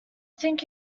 think